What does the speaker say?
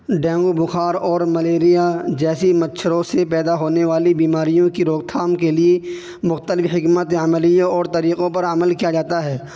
dengue بخار اور malaria جیسی مچھروں سے پیدا ہونے والی بیماریوں کی روک تھام کے لیے مختلف حکمت عملی اور طریقوں پر عمل کیا جاتا ہے